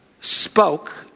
spoke